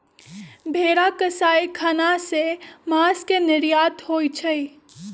भेरा कसाई ख़ना से मास के निर्यात होइ छइ